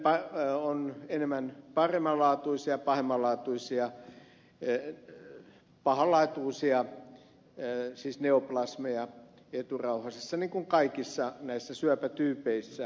laxell tietää enemmän paremman laatuisia kuin pahemman laatuisia pahanlaatuisia neoplasmoja eturauhasissa niin kuin kaikissa näissä syöpätyypeissä